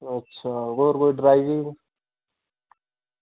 होर कोई बनाई